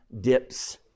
dips